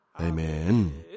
Amen